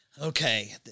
Okay